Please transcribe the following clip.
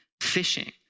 fishing